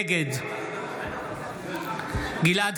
נגד גלעד